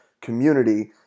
community